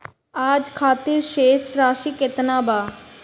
आज खातिर शेष राशि केतना बा?